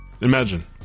Imagine